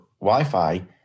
Wi-Fi